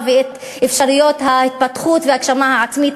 ואת אפשרויות ההתפתחות וההגשמה העצמית,